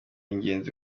ingenzi